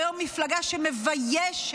היא היום מפלגה שמביישת,